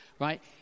right